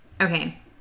Okay